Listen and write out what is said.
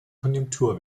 konjunktur